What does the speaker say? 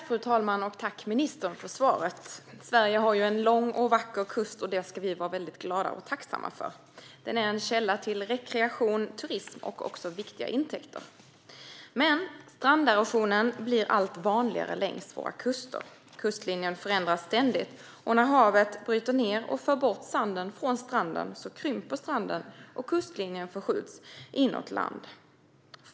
Fru talman! Jag tackar ministern för svaret. Sverige har en lång och vacker kust, och det ska vi vara glada och tacksamma för. Den är en källa till rekreation, turism och viktiga intäkter. Men stranderosion blir allt vanligare längs våra kuster. Kustlinjen förändras ständigt. När havet bryter ned och för bort sanden från stranden krymper stranden, och kustlinjen förskjuts inåt land.